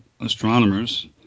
astronomers